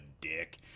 dick